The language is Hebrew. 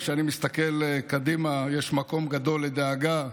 כשאני מסתכל קדימה, יש מקום גדול לדאגה.